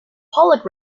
pollock